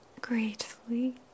gratefully